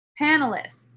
panelists